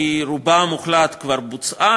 רובה המוחלט כבר בוצע,